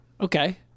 okay